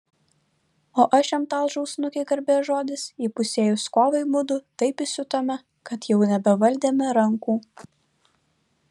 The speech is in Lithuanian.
o aš jam talžau snukį garbės žodis įpusėjus kovai mudu taip įsiutome kad jau nebevaldėme rankų